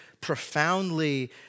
profoundly